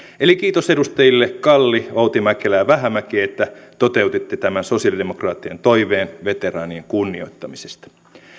eli kiitos edustajille kalli outi mäkelä ja vähämäki että toteutitte tämän sosialidemokraattien toiveen veteraanien kunnioittamisesta